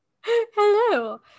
Hello